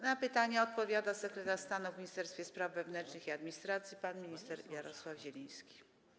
Na pytania odpowiada sekretarz stanu w Ministerstwie Spraw Wewnętrznych i Administracji pan minister Jarosław Zieliński.